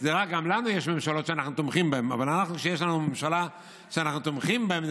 גם לנו יש ממשלות שאנחנו תומכים בהן,